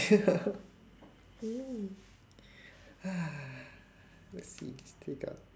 mm let's see we still got